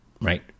right